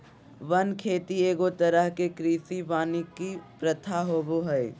वन खेती एगो तरह के कृषि वानिकी प्रथा होबो हइ